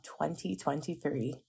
2023